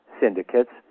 syndicates